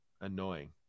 Annoying